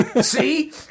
See